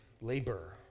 labor